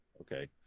Okay